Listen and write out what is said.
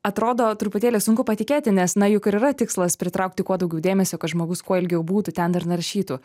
atrodo truputėlį sunku patikėti nes na juk ir yra tikslas pritraukti kuo daugiau dėmesio kad žmogus kuo ilgiau būtų ten ir naršytų